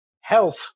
health